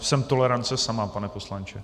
Jsem tolerance sama, pane poslanče.